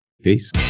peace